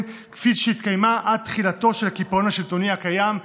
כפי שהתקיימה עד תחילתו של הקיפאון השלטוני הקיים,